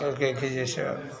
एक ही जैसा